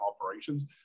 operations